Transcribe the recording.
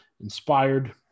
inspired